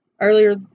earlier